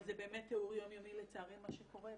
אבל זה באמת תיאור יום יומי לצערי של מה שקורה.